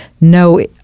no